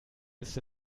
ist